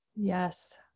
Yes